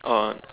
oh